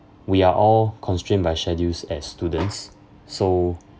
we are all constrained by schedules as students so